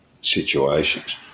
situations